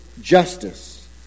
justice